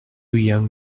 young